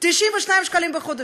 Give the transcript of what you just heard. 92 שקלים בחודש,